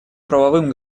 правовым